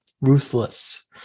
ruthless